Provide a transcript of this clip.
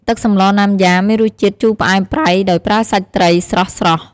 ទឹកសម្លណាំយ៉ាមានរសជាតិជូរផ្អែមប្រៃដោយប្រើសាច់ត្រីស្រស់ៗ។